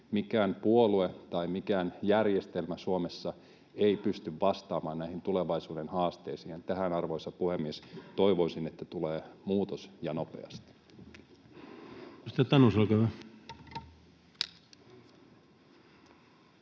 mikään puolue tai mikään järjestelmä Suomessa ei pysty vastaamaan näihin tulevaisuuden haasteisiin, ja tähän, arvoisa puhemies, toivoisin, että tulee muutos ja nopeasti.